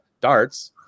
darts